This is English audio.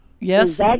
Yes